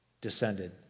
descended